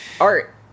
Art